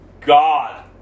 God